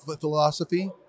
philosophy